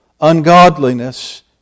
ungodliness